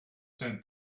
sent